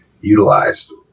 utilized